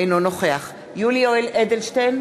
אינו נוכח יולי יואל אדלשטיין,